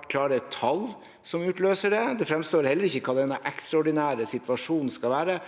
noen klare tall som utløser det, og det kommer heller ikke frem hva denne ekstraordinære situasjonen skal være.